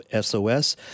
SOS